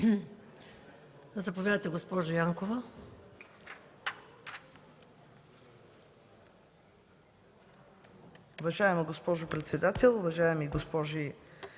Заповядайте, госпожо Янкова.